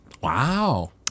Wow